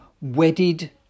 wedded